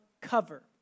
cover